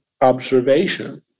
observation